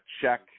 check